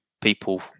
people